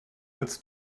als